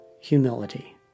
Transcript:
humility